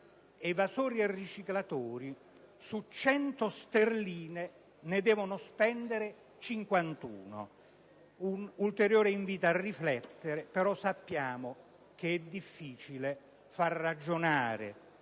- evasori e riciclatori su 100 sterline ne devono spendere 51. Rivolgo un ulteriore invito a riflettere, però sappiamo che è difficile far ragionare